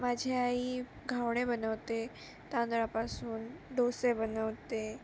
माझी आई घावणे बनवते तांदळापासून डोसे बनवते